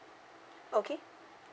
okay